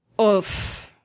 Oof